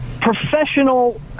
Professional